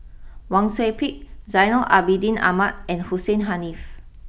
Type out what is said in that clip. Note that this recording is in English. Wang Sui Pick Zainal Abidin Ahmad and Hussein Haniff